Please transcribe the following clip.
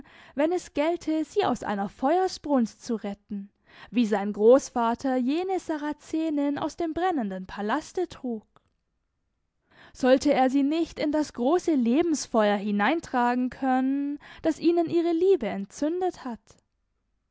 wenn es gälte sie aus einer feuersbrunst zu retten wie sein großvater jene sarazenin aus dem brennenden palaste trug sollte er sie nicht in das große lebensfeuer hineintragen können das ihnen ihre liebe entzündet hat